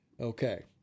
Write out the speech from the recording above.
Okay